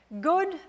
good